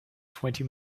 twenty